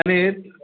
आणि